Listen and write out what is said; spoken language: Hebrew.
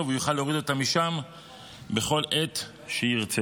והוא יוכל להוריד אותם משם בכל עת שירצה.